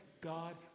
God